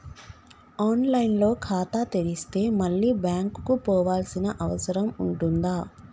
On line లో ఖాతా తెరిస్తే మళ్ళీ బ్యాంకుకు పోవాల్సిన అవసరం ఉంటుందా?